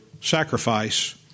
sacrifice